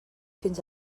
fins